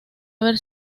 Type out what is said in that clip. haber